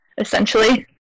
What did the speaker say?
essentially